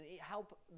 help